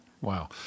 wow